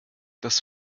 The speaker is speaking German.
das